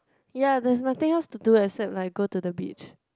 ya there is nothing else to do except like go to the beach